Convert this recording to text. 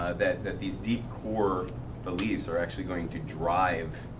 ah that that these deep core beliefs are actually going to drive,